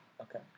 Okay